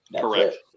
Correct